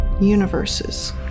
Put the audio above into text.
universes